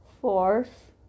Fourth